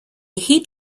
heat